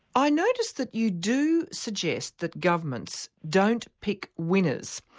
i noticed that you do suggest that governments don't pick winners.